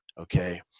Okay